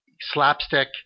slapstick